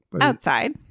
outside